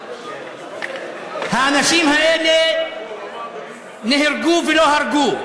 האנשים האלה נהרגו ולא הרגו.